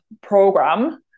program